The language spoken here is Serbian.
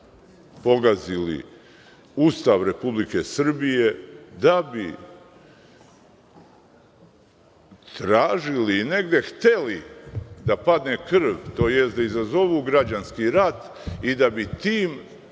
da bi pogazili Ustav Republike Srbije, da bi tražili i negde hteli da padne krv, to jest da izazovu građanski rat i da bi tim